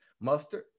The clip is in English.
mustard